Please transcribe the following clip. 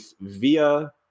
via